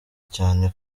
cyane